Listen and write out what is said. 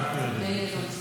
יודעים.